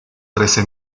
trece